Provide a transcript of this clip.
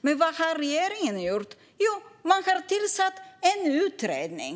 Men vad har regeringen gjort? Jo, man har tillsatt en utredning!